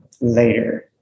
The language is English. later